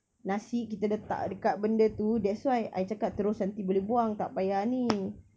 nasi kita letak dekat benda tu that's why I cakap terus nanti boleh buang tak payah ni